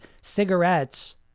cigarettes